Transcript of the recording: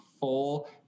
full